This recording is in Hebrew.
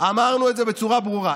אמרנו את זה בצורה ברורה.